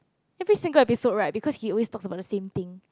every single episode right because he always talks about the same thing